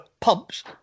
pumps